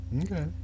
Okay